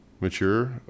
mature